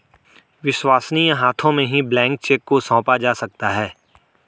विश्वसनीय हाथों में ही ब्लैंक चेक को सौंपा जा सकता है